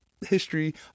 history